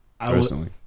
Personally